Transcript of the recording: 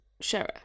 sheriff